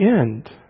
end